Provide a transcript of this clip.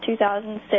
2006